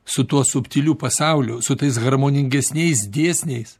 su tuo subtiliu pasauliu su tais harmoningesniais dėsniais